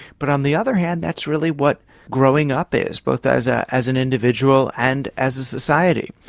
but on the other hand that's really what growing up is, both as ah as an individual and as a society.